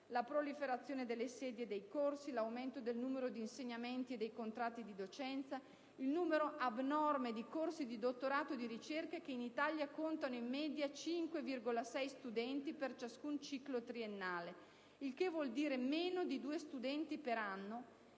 la proliferazione delle sedi e dei corsi; l'aumento del numero di insegnamenti e di contratti di docenza; il numero abnorme di corsi di dottorato di ricerca, che in Italia contano in media 5,6 studenti per ciascun ciclo triennale, il che vuol dire meno di due studenti per anno,